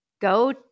go